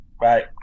right